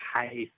hey